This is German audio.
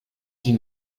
die